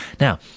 Now